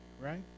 right